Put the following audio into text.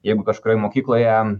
jeigu kažkurioj mokykloje